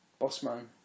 Bossman